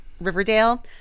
Riverdale